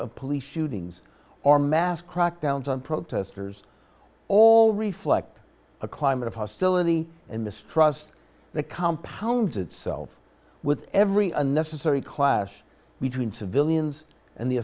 of police shootings or mass crackdowns on protesters all reflect a climate of hostility and mistrust that compounds itself with every unnecessary clash between civilians and the